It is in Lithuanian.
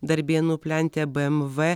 darbėnų plente bmw